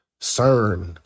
CERN